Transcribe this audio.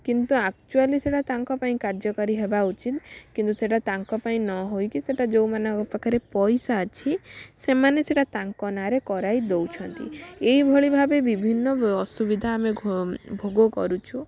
କିନ୍ତୁ ଏକଚୁଆଲି ସେଇଟା ତାଙ୍କ ପାଇଁ କାର୍ଯ୍ୟକାରୀ ହେବା ଉଚିତ କିନ୍ତୁ ସେଇଟା ତାଙ୍କ ପାଇଁ ନ ହେଇକି ସେଇଟା ଯେଉଁମାନଙ୍କ ପାଖରେ ପଇସା ଅଛି ସେମାନେ ସେଇଟା ତାଙ୍କ ନାଁରେ କରାଇଦେଉଛନ୍ତି ଏଇଭଳି ଭାବେ ବିଭିନ୍ନ ବ ଅସୁବିଧା ଆମେ ଘୋ ଭୋଗ କରୁଛୁ